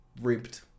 ribbed